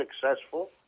successful